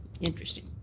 Interesting